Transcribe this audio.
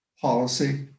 policy